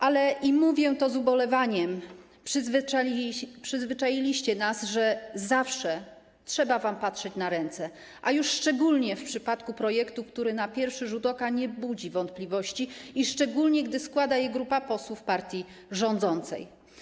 Ale - i mówię to z ubolewaniem - przyzwyczailiście nas, że zawsze trzeba wam patrzeć na ręce, a już szczególnie w przypadku projektu, który na pierwszy rzut oka nie budzi wątpliwości, i szczególnie gdy składa go grupa posłów partii rządzącej.